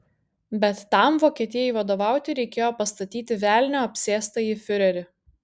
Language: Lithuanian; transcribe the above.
bet tam vokietijai vadovauti reikėjo pastatyti velnio apsėstąjį fiurerį